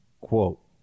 quote